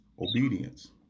obedience